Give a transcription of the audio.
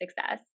success